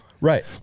Right